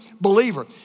believer